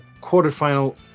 Quarterfinal